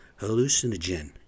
hallucinogen